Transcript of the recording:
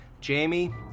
Jamie